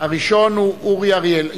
הראשון הוא אורי אריאל.